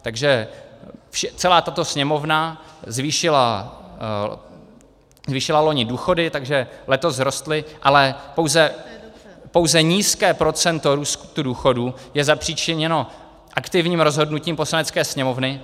Takže celá tato Sněmovna zvýšila loni důchody, takže letos vzrostly, ale pouze nízké procento růstu důchodů je zapříčiněno aktivním rozhodnutím Poslanecké sněmovny.